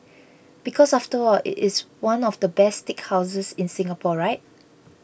because after all it is one of the best steakhouses in Singapore right